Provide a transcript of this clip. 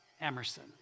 Emerson